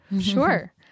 Sure